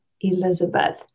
Elizabeth